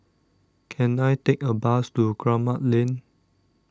can I take a bus to Kramat Lane